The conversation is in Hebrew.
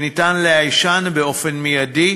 שאפשר לאייש באופן מיידי,